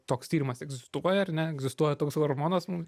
toks tyrimas egzistuoja ar ne egzistuoja toks hormonas